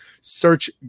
search